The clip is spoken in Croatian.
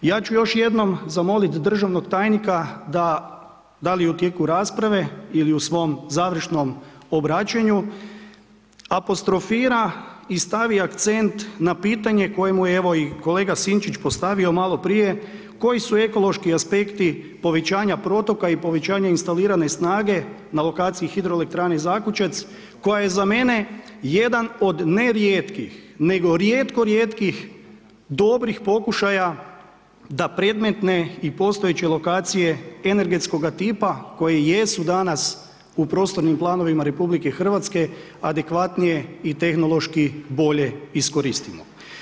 Ja ću još jednom zamoliti državnog tajnika, da da li tijeku rasprave ili u svom završnom obraćanju, apostrofira i stavi akcent na pitanje koje mu je evo i kolega Sinčić postavio maloprije, koji su ekološki aspekti povećavanja protoka i povećanja instalirane snage na lokaciji HE Zakučac, koja je za mene jedan od nerijetkih nego rijetko rijetkih, dobrih pokušaja da predmetne i postojeće lokacije energetskoga tipa koje jesu danas u prostornim planovima RH adekvatnije i tehnološki bolje iskoristimo.